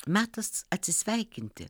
metas atsisveikinti